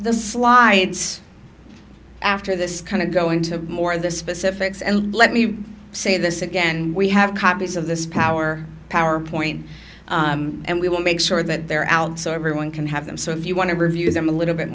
the sly after this kind of going to more of the specifics and let me say this again and we have copies of this power power point and we will make sure that they're out so everyone can have them so if you want to review them a little bit